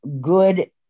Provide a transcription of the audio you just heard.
good